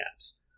apps